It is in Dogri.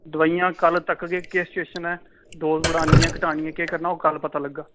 दवाइयां कल तक गै केह् सिच्युऐशन ऐ डोज बढ़ानी ऐ घटानी ऐ केह् करना ओह् कल पता लगगा